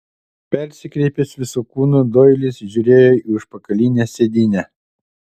persikreipęs visu kūnu doilis žiūrėjo į užpakalinę sėdynę